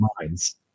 minds